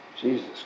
Jesus